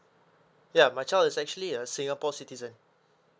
ya my child is actually a singapore citizen